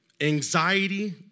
Anxiety